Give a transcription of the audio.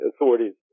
authorities